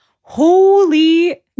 Holy